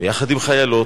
יחד עם חיילות,